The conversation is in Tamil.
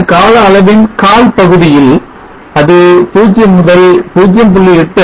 இந்த கால அளவின் கால் பகுதியில் அது 0 முதல் 0